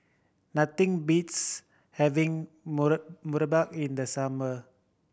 nothing beats having murtabak in the summer